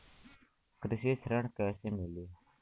कृषि ऋण कैसे मिली?